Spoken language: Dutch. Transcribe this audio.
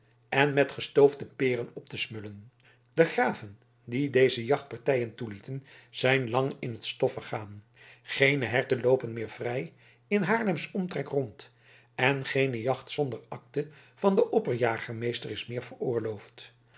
en met gestoofde peren op te smullen de graven die deze jachtpartijen toelieten zijn lang in t stof vergaan geene herten loopen meer vrij in haarlems omtrek rond en geene jacht zonder akte van den opperjagermeester is meer veroorloofd